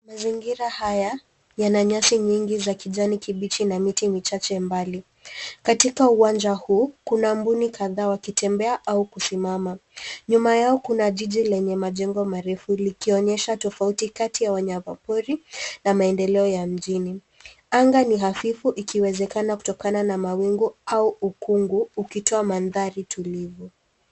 Mazingira haya yana nyasi nyingi za kijani kibichi na miti michache mbali. Katika uwanja huu, kuna mbuni kadhaa wakitembea au kusimama. Nyuma yao kuna jiji lenye majengo marefu likionyesha tofauti kati ya wanyama pori na maendeleo ya mjini. Anga ni hafifu ikiwezekana kutokana na mawingu au ukungu ukitoa mandhari tulivu.